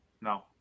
No